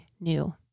new